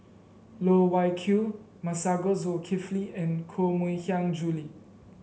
Loh Wai Kiew Masagos Zulkifli and Koh Mui Hiang Julie